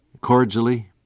cordially